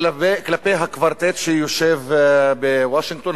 כלפי הקוורטט שיושב בוושינגטון,